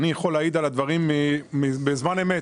אני יכול להעיד על הדברים בזמן אמת.